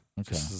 Okay